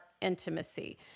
intimacy